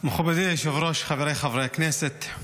חברי הכנסת,